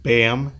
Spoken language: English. Bam